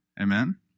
Amen